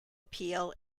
appeal